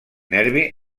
nervi